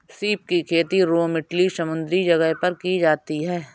सीप की खेती रोम इटली समुंद्री जगह पर की जाती है